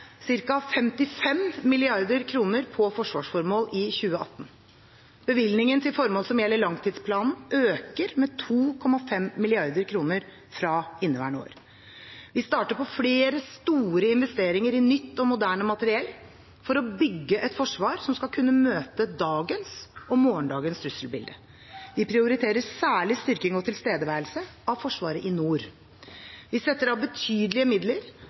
55 mrd. kr på forsvarsformål i 2018. Bevilgningene til formål som gjelder langtidsplanen, øker med 2,5 mrd. kr fra inneværende år. Vi starter på flere store investeringer i nytt og moderne materiell for å bygge et forsvar som skal kunne møte dagens og morgendagens trusselbilde. Vi prioriterer særlig styrking og tilstedeværelse av Forsvaret i nord. Vi setter av betydelige midler